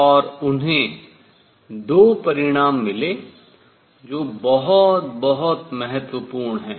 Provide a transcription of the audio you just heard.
और उन्हें 2 परिणाम मिले जो बहुत बहुत महत्वपूर्ण हैं